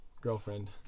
girlfriend